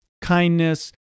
Kindness